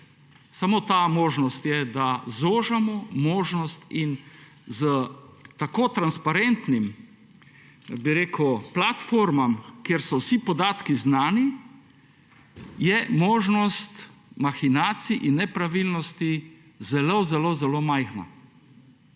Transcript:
Samo ta možnost je, da zožamo možnost in s tako transparentnimi, bi rekel, platformami, kjer so vsi podatki znani, je možnost mahinacij in nepravilnosti zelo zelo zelo majhna.